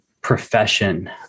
profession